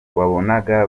wabonaga